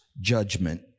judgment